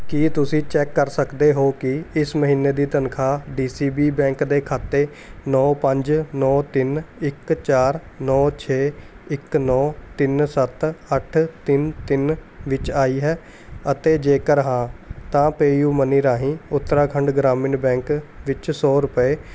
ਕੀ ਤੁਸੀਂ ਚੈੱਕ ਕਰ ਸਕਦੇ ਹੋ ਕਿ ਇਸ ਮਹੀਨੇ ਦੀ ਤਨਖਾਹ ਡੀ ਸੀ ਬੀ ਬੈਂਕ ਦੇ ਖਾਤੇ ਨੌ ਪੰਜ ਨੌ ਤਿੰਨ ਇੱਕ ਚਾਰ ਨੌ ਛੇ ਇੱਕ ਨੌ ਤਿੰਨ ਸੱਤ ਅੱਠ ਤਿੰਨ ਤਿੰਨ ਵਿੱਚ ਆਈ ਹੈ ਅਤੇ ਜੇਕਰ ਹਾਂ ਤਾਂ ਪੇਯੂ ਮਨੀ ਰਾਹੀਂ ਉੱਤਰਾਖੰਡ ਗ੍ਰਾਮੀਣ ਬੈਂਕ ਵਿੱਚ ਸੋ ਰੁਪਏ